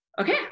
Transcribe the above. Okay